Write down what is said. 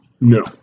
No